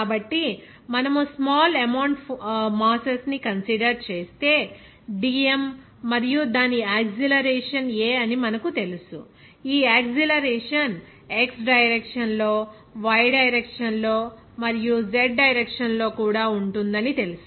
కాబట్టి మనము small amount masses ని కన్సిడర్ చేస్తే dm మరియు దాని యాక్సిలరేషన్ a అని మనకు తెలుసు ఈ యాక్సిలరేషన్ x డైరెక్షన్ లో y డైరెక్షన్ లో మరియు z డైరెక్షన్ లో కూడా ఉంటుందని తెలుసు